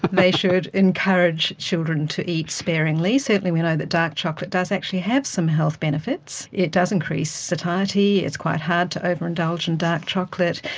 they should encourage children to eat sparingly. certainly we know that dark chocolate does actually have some health benefits. it does increase satiety, it's quite hard to overindulge in dark chocolate,